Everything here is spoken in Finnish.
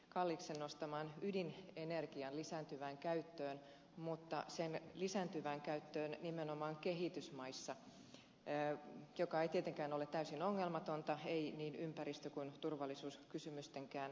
kalliksen esille nostamaa ydinenergian lisääntyvää käyttöä mutta nimenomaan sen lisääntyvää käyttöä kehitysmaissa joka ei tietenkään ole täysin ongelmatonta ympäristö kuin turvallisuuskysymystenkään kannalta